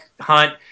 hunt